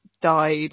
died